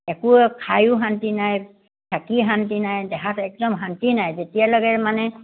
একোও খায়ো শান্তি নাই থাকি শান্তি নাই দেখাত একদম শান্তি নাই যেতিয়ালৈকে মানে